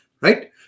right